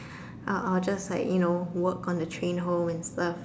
I'll I'll just like you know work on the train home and stuff